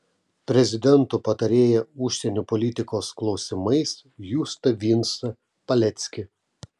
prezidento patarėją užsienio politikos klausimais justą vincą paleckį